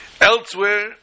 Elsewhere